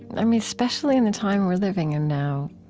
um especially in the time we're living in now,